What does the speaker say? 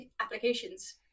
applications